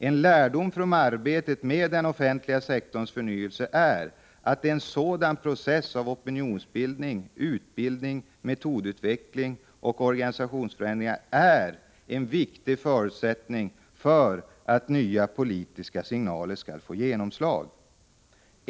En lärdom från arbetet med den offentliga sektorns förnyelse är att en sådan process av opinionsbildning, utbildning och metodutveckling för organisationsförändringar är en förutsättning för att nya politiska signaler skall få genomslag.